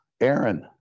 Aaron